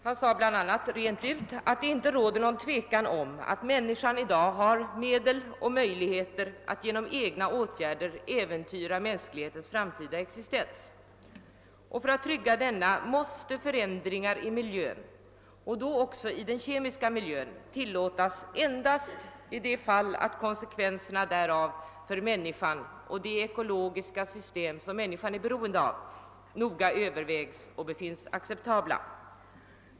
Han sade bl.a. rent ut att det inte råder någon tvekan om att människan i dag har medel och möjligheter att genom egna åtgärder äventyra mänsklighetens framtida existens. För att trygga denna måste förändringar i miljön och då också i den kemiska miljön tillåtas endast i de fall att konsekvenserna därav för människan och det ekologiska system som människan är beroende av noga övervägas och befinnas acceptabla.